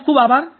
ખુબ ખુબ આભાર